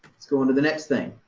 let's go onto the next thing.